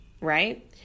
right